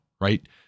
right